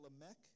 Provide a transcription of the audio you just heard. Lamech